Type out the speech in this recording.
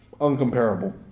uncomparable